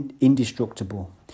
indestructible